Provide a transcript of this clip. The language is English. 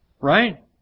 Right